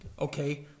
okay